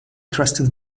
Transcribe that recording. trusted